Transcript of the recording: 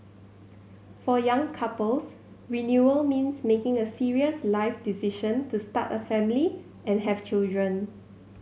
for young couples renewal means making a serious life decision to start a family and have children